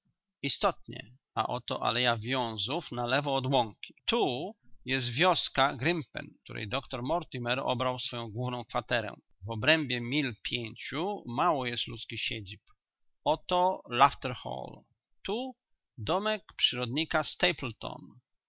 istotnie a oto aleja wiązów na lewo od łąki tu jest wioska grimpen w której doktor mortimer obrał swoją główną kwaterę w obrębie mil pięciu mało jest ludzkich siedzib oto lafter hall tu domek przyrodnika